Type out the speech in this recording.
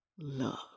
love